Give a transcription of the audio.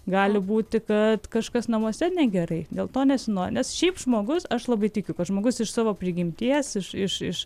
gali būti kad kažkas namuose negerai dėl to nesinori nes šiaip žmogus aš labai tikiu kad žmogus iš savo prigimties iš iš iš